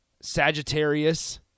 Sagittarius